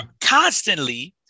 constantly